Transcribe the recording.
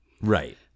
Right